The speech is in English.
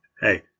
Hey